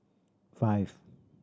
five